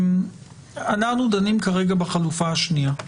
אנחנו דנים כרגע בחלופה השנייה.